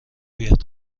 بیاد